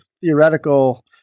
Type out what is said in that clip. theoretical